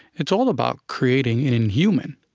it's all about creating an inhuman